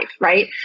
right